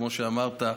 כמו שאמרת,